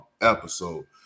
episode